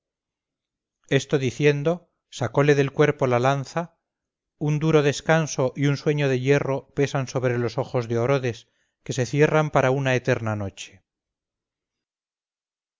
esto diciendo sacóle del cuerpo la lanza un duro descanso y un sueño de hierro pesan sobre los ojos de orodes que se cierran para una eterna noche